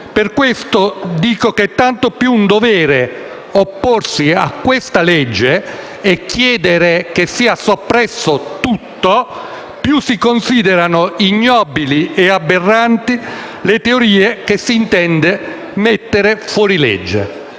Per questo dico che è tanto più un dovere opporsi a questo disegno di legge, e chiedere che sia integralmente soppresso, quanto più si considerano ignobili e aberranti le teorie che si intende mettere fuori legge.